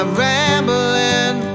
rambling